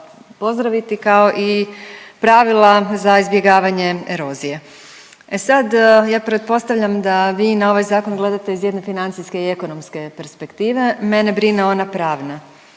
pozdraviti kao i pravila za izbjegavanje erozije. E sad, ja pretpostavljam da vi na ovaj zakon gledate iz jedne financijske i ekonomske perspektive. Mene brine ona pravna.